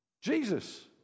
Jesus